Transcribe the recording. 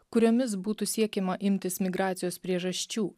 kuriomis būtų siekiama imtis migracijos priežasčių